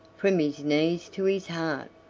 from his knees to his heart.